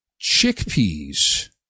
Chickpeas